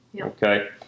okay